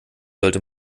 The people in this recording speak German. sollte